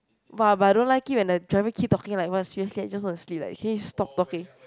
but but I don't like it when the driver keep talking like seriously I just to sleep like can you stop talking